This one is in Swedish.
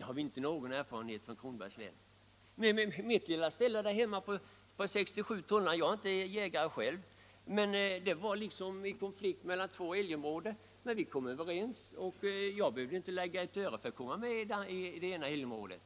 har vi inte någon erfarenhet av från Kronobergs län. Mitt lilla ställe där hemma om 56 tunnland var så placerat att det passade två älgområden. Vi kom överens om vad jag skulle tillhöra, och jag behövde inte betala ett öre för att få vara med i området.